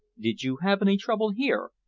did you have any trouble here?